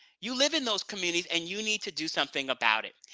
you live in those communities and you need to do something about it.